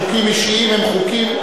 חוקים אישיים הם חוקים,